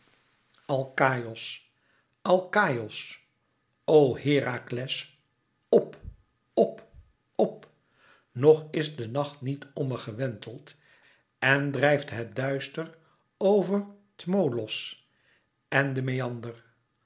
alkaïos alkaïos o herakles p op op nog is de nacht niet omme gewenteld en drijft het duister over tmolos en den meander